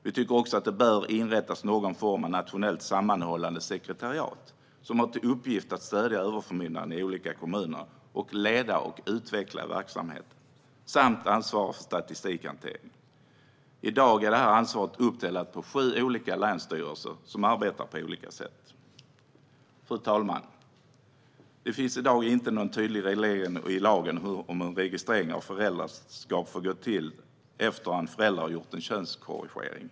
Vi tycker också att det bör inrättas någon form av nationellt sammanhållande sekretariat som har till uppgift att stödja överförmyndaren i olika kommuner, leda och utveckla verksamheten samt ansvara för statistikhanteringen. I dag är ansvaret uppdelat på sju olika länsstyrelser som arbetar på olika sätt. Fru talman! Det finns i dag inte någon tydlig reglering i lagen om hur registrering av föräldraskap ska gå till efter det att en förälder har gjort en könskorrigering.